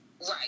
Right